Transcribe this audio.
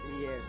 yes